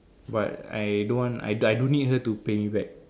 but I don't want I don't need her to pay me back